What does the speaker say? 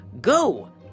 go